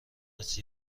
است